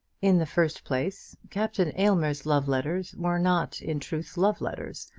in the first place, captain aylmer's love-letters were not in truth love-letters,